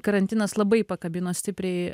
karantinas labai pakabino stipriai